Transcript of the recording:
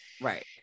Right